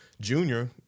junior